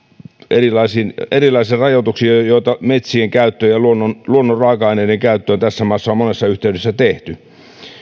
erilaisilla erilaisilla rajoituksilla joita metsien käyttöön ja luonnon luonnon raaka aineiden käyttöön tässä maassa on monessa yhteydessä tehty